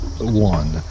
one